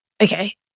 okay